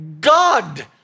God